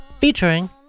Featuring